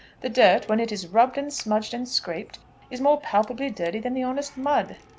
the dirt, when it is rubbed and smudged and scraped is more palpably dirt than the honest mud.